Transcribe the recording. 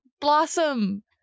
blossom